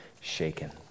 shaken